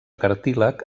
cartílag